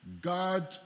God